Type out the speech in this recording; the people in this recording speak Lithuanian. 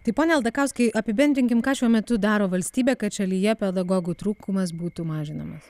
tai pone aldakauskai apibendrinkim ką šiuo metu daro valstybė kad šalyje pedagogų trūkumas būtų mažinamas